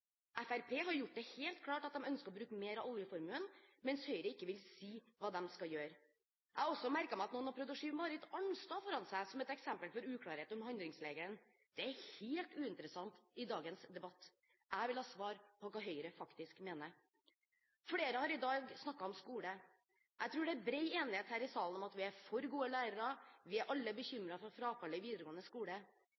Fremskrittspartiet har gjort det helt klart at de ønsker å bruke mer av oljeformuen, mens Høyre ikke vil si hva de skal gjøre. Jeg har også merket meg at noen har prøvd å skyve Marit Arnstad foran seg som et eksempel på uklarhet med hensyn til handlingsregelen. Det er helt uinteressant i dagens debatt. Jeg vil ha svar på hva Høyre faktisk mener. Flere har i dag snakket om skole. Jeg tror det er bred enighet her i salen om at vi er for gode lærere, og at vi alle er